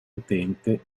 utente